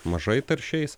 mažai taršiais